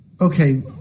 Okay